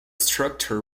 structure